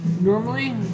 normally